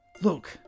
Look